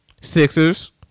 Sixers